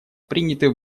приняты